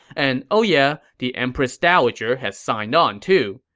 and oh yeah, the empress dowager has signed on, too.